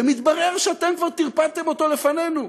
ומתברר שאתם כבר טרפדתם אותו לפנינו,